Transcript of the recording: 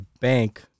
bank